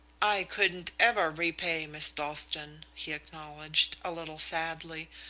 i couldn't ever repay miss dalstan, he acknowledged, a little sadly,